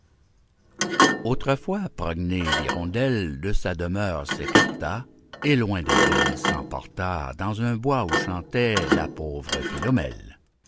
autrefois progné l'hirondelle de sa demeure s'écarta et loin des villes s'emporta dans un bois où chantait la pauvre philomèle